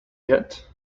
yet